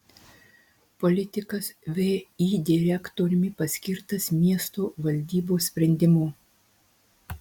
politikas vį direktoriumi paskirtas miesto valdybos sprendimu